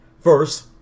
First